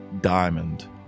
diamond